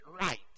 right